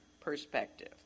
perspective